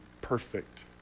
perfect